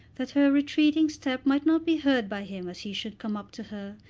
that her retreating step might not be heard by him as he should come up to her,